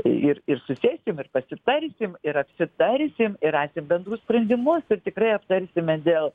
ir ir susėsim ir pasitarsim ir apsitarsim ir rasim bendrus sprendimus ir tikrai aptarsime dėl